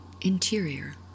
interior